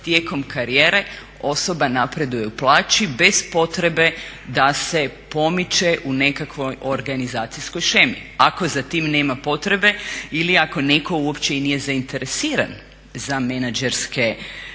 tijekom karijere osoba napreduje u plaći bez potrebe da se pomiče u nekakvoj organizacijskoj shemi ako za tim nema potrebe ili ako netko uopće i nije zainteresiran za menadžerske